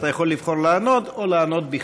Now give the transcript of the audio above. אתה יכול לבחור לענות עליהם,